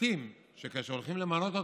מתאים שכאשר הולכים למנות אותך,